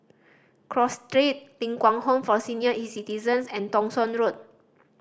Cross Street Ling Kwang Home for Senior Citizens and Thong Soon Road